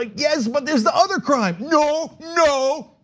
like yes, but there's the other crime. no, no,